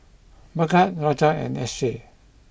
Bhagat Raja and Akshay